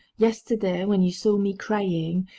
yesterday, when you saw me crying,